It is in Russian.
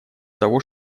того